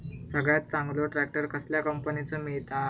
सगळ्यात चांगलो ट्रॅक्टर कसल्या कंपनीचो मिळता?